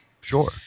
Sure